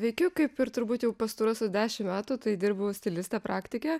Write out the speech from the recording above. veikiu kaip ir turbūt jau pastaruosius dešim metų tai dirbu stiliste praktike